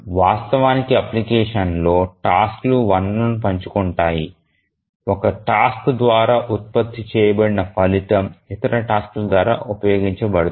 వాస్తవిక అప్లికేషన్లో టాస్క్ లు వనరులను పంచుకుంటాయి ఒక టాస్క్ ద్వారా ఉత్పత్తి చేయబడిన ఫలితం ఇతర టాస్క్ల ద్వారా ఉపయోగించబడుతుంది